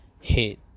hit